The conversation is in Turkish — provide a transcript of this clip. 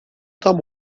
tam